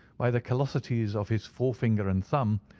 by the callosities of his forefinger and thumb,